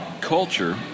culture